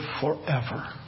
forever